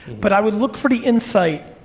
but i would look for the insight.